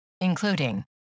including